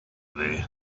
there